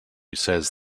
says